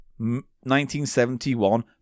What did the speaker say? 1971